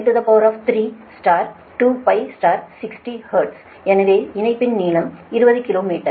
6 10 3 2π 60 hertz அமைப்பில் இணைப்பின் நீளம் 20 கிலோமீட்டர்